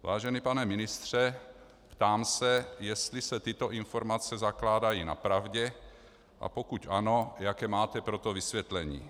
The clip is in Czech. Vážený pane ministře, ptám se, jestli se tyto informace zakládají na pravdě, a pokud ano, jaké máte pro to vysvětlení.